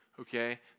Okay